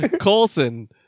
colson